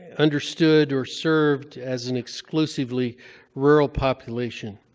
and understood, or served as an exclusively rural population.